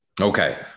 Okay